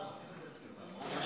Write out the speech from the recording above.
מסודר.